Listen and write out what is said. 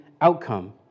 outcome